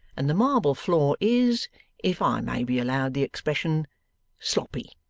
and the marble floor is if i may be allowed the expression sloppy